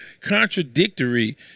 contradictory